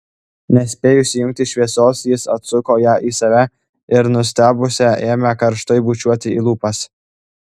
nespėjus įjungti šviesos jis atsuko ją į save ir nustebusią ėmė karštai bučiuoti į lūpas